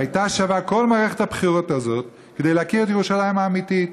הייתה שווה כל מערכת הבחירות הזאת כדי להכיר את ירושלים האמיתית.